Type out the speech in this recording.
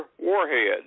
warhead